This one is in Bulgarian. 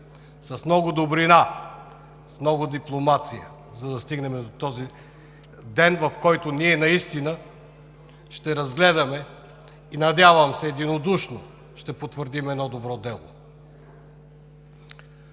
с много добрина, с много дипломация, за да стигнем до този ден, в който ние ще разгледаме и, надявам се, единодушно ще потвърдим едно добро дело.